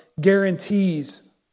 guarantees